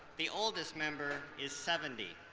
the oldest member is seventy